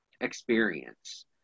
experience